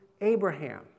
Abraham